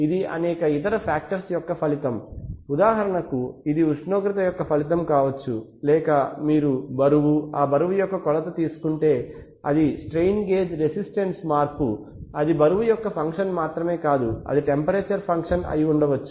ఇది అనేక ఇతర ఫాక్టర్స్ యొక్క ఫలితం ఉదాహరణకు ఇది ఉష్ణోగ్రత యొక్క ఫలితం కావచ్చు లేక మీరు బరువుఆ బరువు యొక్క కొలత తీసుకుంటే అది స్ట్రెయిన్ గేజ్ రెసిస్టెన్స్ మార్పు అది బరువు యొక్క ఫంక్షన్ మాత్రమే కాదు అది టెంపరేచర్ ఫంక్షన్ అయి ఉండొచ్చు